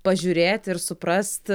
pažiūrėti ir suprast